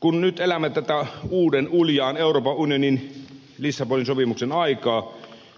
kun nyt elämme tätä uuden uljaan euroopan unionin lissabonin sopimuksen aikaa